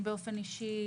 אני באופן אישי,